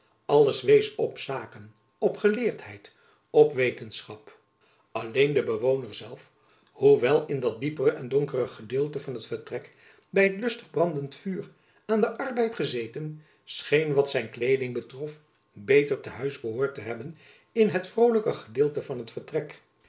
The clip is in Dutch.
alles wees op zaken op geleerdheid op wetenschap alleen de bewoner zelf hoewel in dat diepere en donkere gedeelte van het vertrek by het lustig brandend vuur aan den arbeid gezeten scheen wat zijn kleeding betrof beter te huis behoord te hebben in het vrolijker gedeelte van het vertrek